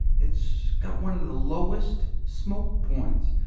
it's got one of the lowest smoke points.